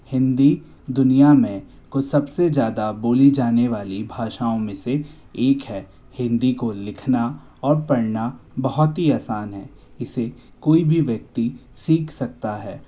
हिंदी दुनिया में को सब से ज़्यादा बोली जाने वाली भाषाओं में से एक है हिंदी को लिखना और पड़ना बहुत ही आसान है इसे कोई भी व्यक्ति सीख सकता है